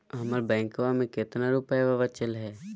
हमर बैंकवा में कितना रूपयवा बचल हई?